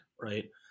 right